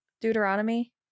Deuteronomy